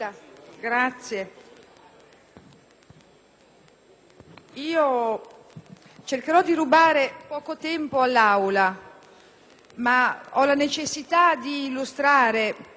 cercherò di rubare poco tempo all'Assemblea, ma ho la necessità di illustrare con un po' di precisione questo emendamento